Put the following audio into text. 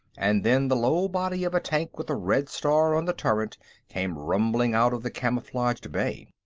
and then the low body of a tank with a red star on the turret came rumbling out of the camouflaged bay.